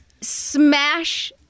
smash